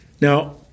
Now